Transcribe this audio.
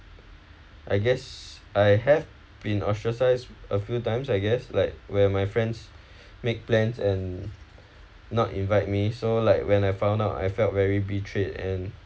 I guess I have been ostracised a few times I guess like where my friends make plans and not invite me so like when I found out I felt very betrayed and